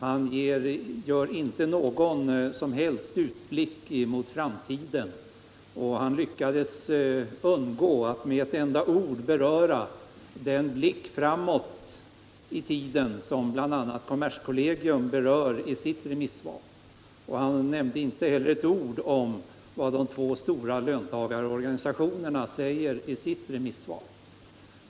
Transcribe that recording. Han gör inte någon som helst utblick mot framtiden, och han lyckades undgå att med ett enda ord nämna den blick framåt i tiden som bl.a. kommerskollegium gör i sitt remissvar. Han sade inte heller ett ord om vad de två stora löntagarorganisationerna framhåller i sina remissvar.